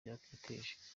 yateje